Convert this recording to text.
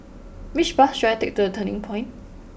which bus should I take to The Turning Point